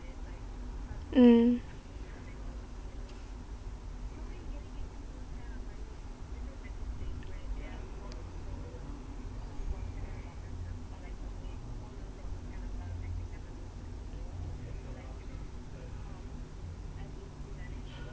mm